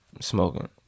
smoking